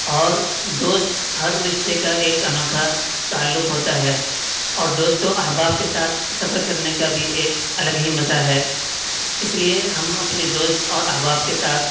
اور دوست ہر رشتے کا ایک انوکھا تعلق ہوتا ہے اور دوست و احباب کے ساتھ سفر کرنے کا بھی ایک الگ ہی مزہ ہے اس لیے ہم اپنے دوست اور احباب کے ساتھ